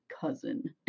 cousin